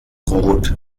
rot